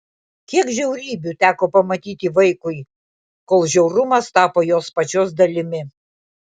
kiek žiaurybių teko pamatyti vaikui kol žiaurumas tapo jos pačios dalimi